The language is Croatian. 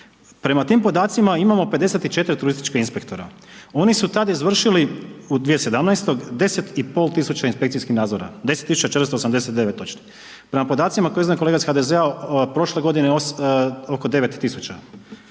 Prema tim podacima imamo 54 turistička inspektora, oni su tad izvršili, u 2017., 10.500 inspekcijskih nadzora, 10.489 točno. Prema podacima koje je iznio kolega iz HDZ-a prošle godine oko 9.000,